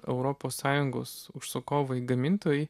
europos sąjungos užsakovai gamintojai